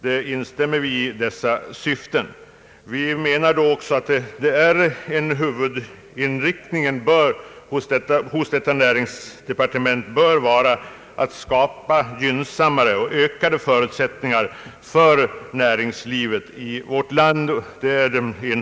Vi anser att huvudinriktningen hos det nyinrättade departementet bör vara att skapa gynnsammare förutsättningar för näringslivet i vårt land.